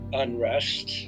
unrest